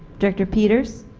director peters